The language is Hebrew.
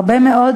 הרבה מאוד